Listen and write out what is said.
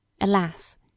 Alas